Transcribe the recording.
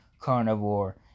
carnivore